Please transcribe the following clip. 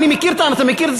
אתה מכיר,